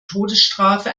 todesstrafe